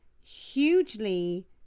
hugely